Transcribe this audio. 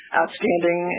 outstanding